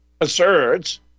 asserts